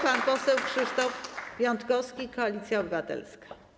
Pan poseł Krzysztof Piątkowski, Koalicja Obywatelska.